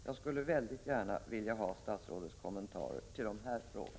Jag skulle väldigt gärna vilja ha statsrådets kommentar till dessa frågor: